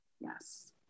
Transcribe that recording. Yes